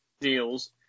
deals